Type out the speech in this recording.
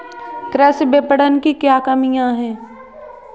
कृषि विपणन की क्या कमियाँ हैं?